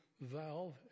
valve